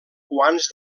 quants